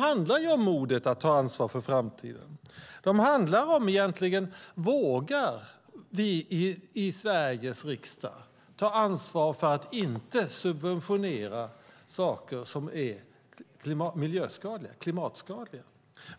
handlar om modet att ta ansvar för framtiden, om vi i Sveriges riksdag vågar ta ansvar för att inte subventionera saker som är klimatskadliga.